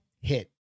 hit